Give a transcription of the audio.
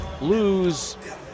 lose